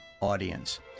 audience